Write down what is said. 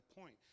point